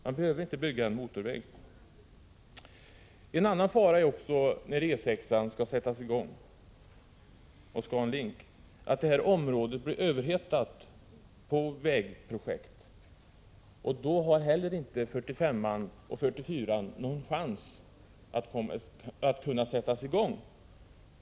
Man behöver inte bygga en motorväg. En annan fara, när E 6 och ScanLink skall sättas i gång, är också att detta område blir överhettat på vägprojekt. Då har heller inte 45-an och 44-an någon chans att kunna sättas i gång.